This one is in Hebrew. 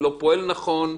לא פועל נכון,